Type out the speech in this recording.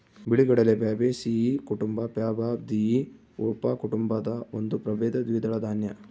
ಬಿಳಿಗಡಲೆ ಪ್ಯಾಬೇಸಿಯೀ ಕುಟುಂಬ ಪ್ಯಾಬಾಯ್ದಿಯಿ ಉಪಕುಟುಂಬದ ಒಂದು ಪ್ರಭೇದ ದ್ವಿದಳ ದಾನ್ಯ